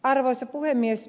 arvoisa puhemies